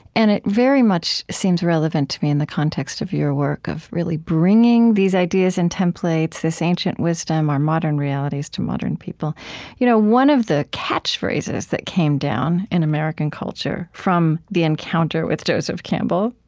and it very much seems relevant to me in the context of your work of really bringing these ideas and templates, this ancient wisdom or modern realities to modern people you know one of the catchphrases that came down in american culture from the encounter with joseph campbell,